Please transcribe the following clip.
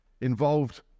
involved